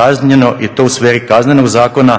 kažnjeno i to u sferi Kaznenog zakona,